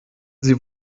sie